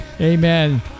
Amen